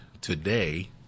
today